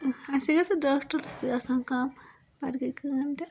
اَصلی چھِ ڈاکٹَر چھِ آسان کَم پَتہٕ گٔیہِ کٲم تہٕ